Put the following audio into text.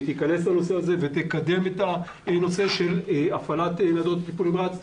תיכנס לנושא הזה ותקדם את החוק בעניין הפעלת ניידות טיפול נמרץ.